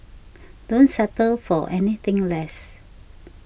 don't settle for anything less